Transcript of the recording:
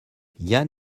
yann